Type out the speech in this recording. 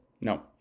No